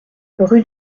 rue